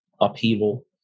upheaval